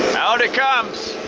out it comes!